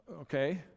okay